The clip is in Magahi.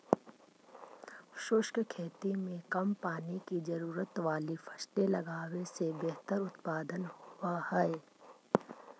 शुष्क खेती में कम पानी की जरूरत वाली फसलें लगावे से बेहतर उत्पादन होव हई